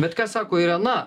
bet ką sako irena